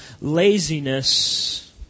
laziness